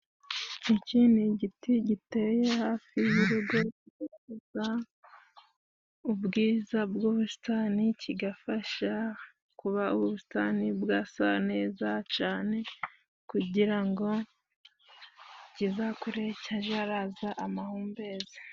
iki ni igiti giteye hafi y'urugo ubwiza bw'ubusitani kigafasha kuba ubusitani bwasa neza cane kugira ngo kizakure haje haraza amahumbezi.